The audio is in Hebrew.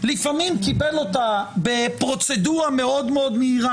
לפעמים קיבל אותה בפרוצדורה מאוד מאוד מהירה